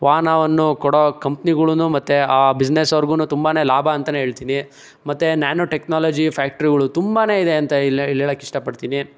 ವಾಹನವನ್ನು ಕೊಡೋ ಕಂಪ್ನಿಗುಳು ಮತ್ತು ಆ ಬಿಸ್ನೆಸ್ಸವ್ರ್ಗೂ ತುಂಬಾ ಲಾಭ ಅಂತನೇ ಹೇಳ್ತೀನಿ ಮತ್ತೆ ನ್ಯಾನೋ ಟೆಕ್ನಾಲಜಿ ಫ್ಯಾಕ್ಟ್ರಿಗಳು ತುಂಬಾ ಇದೆ ಅಂತ ಇಲ್ಲಿ ಇಲ್ಲೇಳಕ್ಕೆ ಇಷ್ಟಪಡ್ತೀನಿ